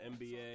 NBA